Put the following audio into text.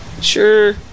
Sure